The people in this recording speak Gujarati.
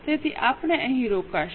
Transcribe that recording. તેથી આપણે અહીં રોકાઈશું